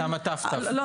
אני לא